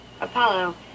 Apollo